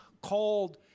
called